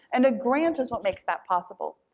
and a grant is what makes that possible.